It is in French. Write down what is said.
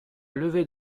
levée